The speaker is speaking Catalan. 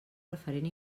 referent